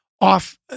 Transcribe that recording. off